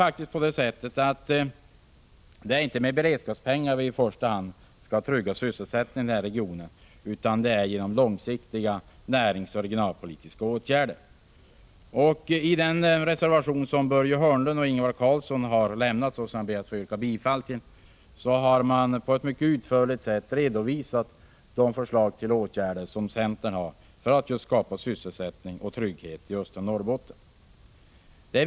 Det är inte med beredskapspengar som vi i första hand skall trygga sysselsättningen i regionen, utan det är genom långsiktiga näringsoch regionalpolitiska åtgärder. I den reservation som Börje Hörnlund och Ingvar Karlsson har avlämnat och som jag ber att få yrka bifall till finns mycket utförligt redovisat de förslag till åtgärder som centern har för att skapa sysselsättning och trygghet i östra Norrbotten.